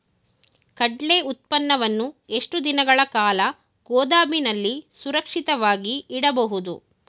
ಕಡ್ಲೆ ಉತ್ಪನ್ನವನ್ನು ಎಷ್ಟು ದಿನಗಳ ಕಾಲ ಗೋದಾಮಿನಲ್ಲಿ ಸುರಕ್ಷಿತವಾಗಿ ಇಡಬಹುದು?